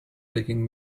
begging